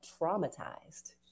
traumatized